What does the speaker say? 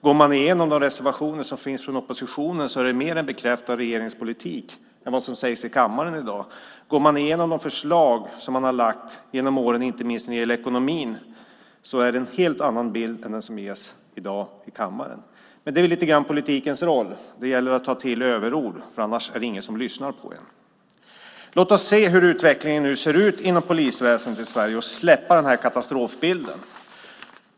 Går man igenom de reservationer som finns från oppositionen ser man mer en bekräftelse av regeringens politik än vad som sägs i kammaren i dag. Går man igenom de förslag som har lagts fram genom åren, inte minst när det gäller ekonomin, ser man en helt annan bild än den som ges i dag i kammaren. Men det är ju lite grann politikens roll. Det gäller att ta till överord, för annars är det ingen som lyssnar på en. Låt oss se hur utvecklingen nu ser ut inom polisväsendet i Sverige och släppa katastrofbilden.